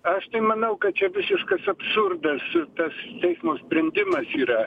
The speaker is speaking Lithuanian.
aš tai manau kad čia visiškas absurdas tas teismo sprendimas yra